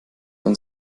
dann